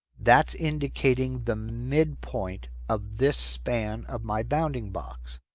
that's indicating the midpoint of this span of my bounding box.